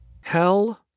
hell